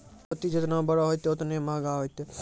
मोती जेतना बड़ो होतै, ओतने मंहगा होतै